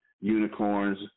unicorns